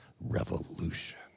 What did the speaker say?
revolution